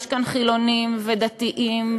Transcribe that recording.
יש כאן חילונים ודתיים,